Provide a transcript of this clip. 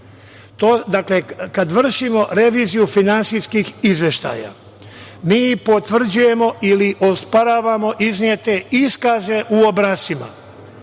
Dakle, kada vršimo reviziju finansijskih izveštaja mi potvrđujemo ili osporavamo iznete iskaze u obrascima.